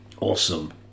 Awesome